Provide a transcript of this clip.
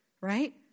right